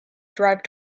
drive